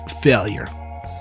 Failure